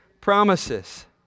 promises